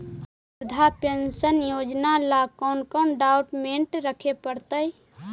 वृद्धा पेंसन योजना ल कोन कोन डाउकमेंट रखे पड़तै?